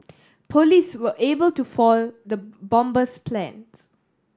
police were able to foil the bomber's plans